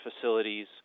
facilities